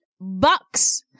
bucks